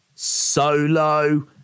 Solo